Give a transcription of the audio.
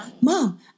Mom